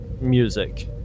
music